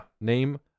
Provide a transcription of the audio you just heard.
Name